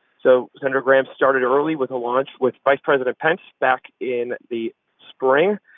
so senator graham started early with a launch with vice president pence back in the spring.